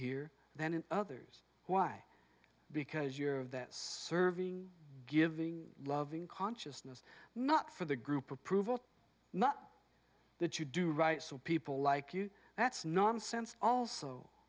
here than in others why because of that serving giving loving consciousness not for the group approval not that you do right so people like you that's nonsense also